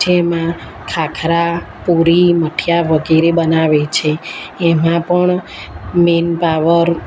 જેમાં ખાખરા પૂરી મઠિયાં વગેરે બનાવે છે એમાં પણ મેનપાવર